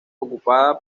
ocupada